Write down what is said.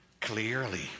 clearly